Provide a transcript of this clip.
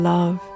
Love